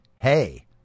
hey